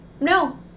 No